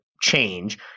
Change